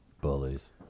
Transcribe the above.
Bullies